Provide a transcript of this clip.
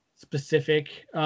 specific